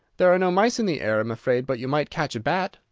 there are no mice in the air, i'm afraid, but you might catch a bat,